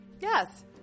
Yes